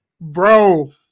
bro